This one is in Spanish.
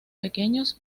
pequeños